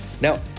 Now